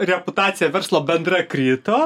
reputacija verslo bendra krito